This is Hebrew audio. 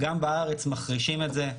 גם בארץ מחרישים את זה.